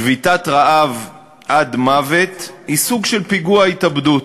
שביתת רעב עד מוות היא סוג של פיגוע התאבדות.